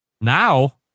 Now